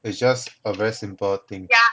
is just a very simple thing